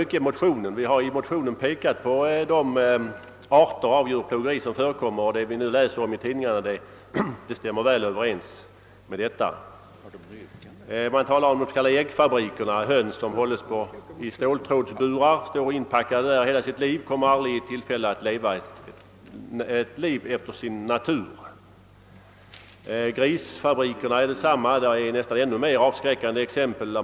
Vi har i vår motion pekat på olika arter av djurplågeri som förekommer, och det man nu läser om i tidningarna stämmer väl med vad vi har skrivit. Det rör sig om s.k. äggfabriker med höns som står inpackade i ståltrådsburar och aldrig får leva ett liv efter sin natur. Grisfabrikerna är ett nästan ännu mer avskräckande exempel.